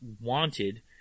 wanted